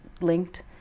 linked